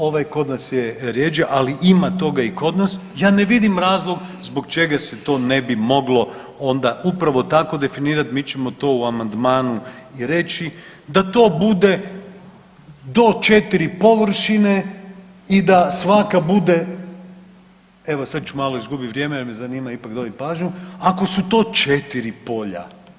Ovaj kod nas je rjeđe, ali ima toga i kod nas, ja ne vidim razlog zbog čega se to ne bi moglo onda upravo tako definirati, mi ćemo to u amandmanu i reći, da to bude do 4 površine i da svaka bude evo, sad ću malo izgubiti vrijeme jer me zanima ipak dobiti pažnju, ako su to 4 polja.